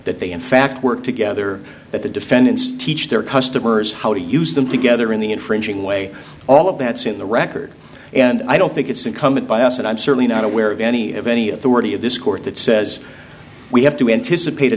that they in fact work together that the defendants teach their customers how to use them together in the infringing way all of that suit the record and i don't think it's incumbent by us and i'm certainly not aware of any of any authority of this court that says we have to anticipate a